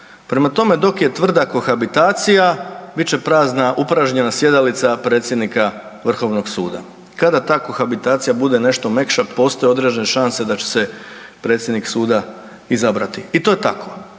Prema tome, dok je tvrda kohabitacija bit će upražnjena sjedalica predsjednika Vrhovnoga suda. Kada ta kohabitacija bude nešto mekša postoje određene šanse da će se predsjednik suda izabrati, i to je tako.